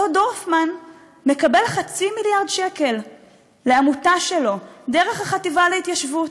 אותו דורפמן מקבל חצי מיליארד שקל לעמותה שלו דרך החטיבה להתיישבות,